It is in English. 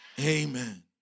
Amen